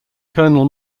colonel